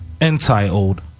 entitled